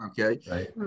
Okay